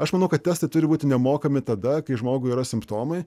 aš manau kad testai turi būti nemokami tada kai žmogui yra simptomai